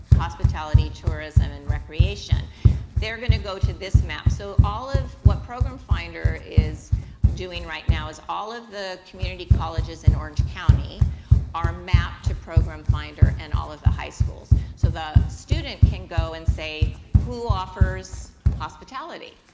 tourism, and recreation they're going to go to this map, so all of what program finder is doing right now is all of the community colleges in orange county are mapped to program finder and all of the high schools. so, the student can go and say who offers hospitality?